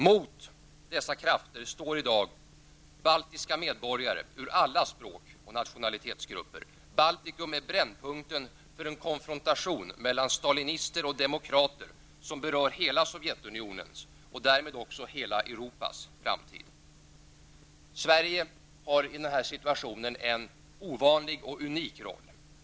Mot dessa krafter står i dag baltiska medborgare ur alla språk och nationalitetsgrupper. Baltikum är brännpunkten för en konfrontation mellan stalinister och demokrater som berör hela Sovjetunionens, och därmed också hela Europas, framtid. Sverige har i denna situation en ovanlig och unik roll.